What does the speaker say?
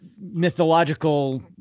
mythological